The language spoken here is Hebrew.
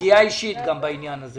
פגיעה אישית בעניין הזה,